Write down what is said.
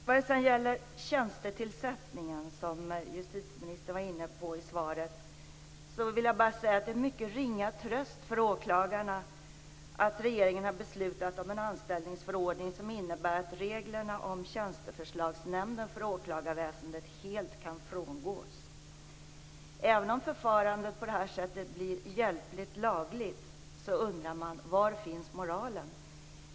Vad sedan gäller tjänstetillsättningen, som justitieministern var inne på i svaret, vill jag bara säga att det är en mycket ringa tröst för åklagarna att regeringen har beslutat om en anställningsförordning som innebär att reglerna om Tjänsteförslagsnämnden för åklagarväsendet helt kan frångås. Även om förfarandet på det här sättet blir hjälpligt lagligt undrar man: Var finns moralen?